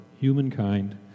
humankind